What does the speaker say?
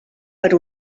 per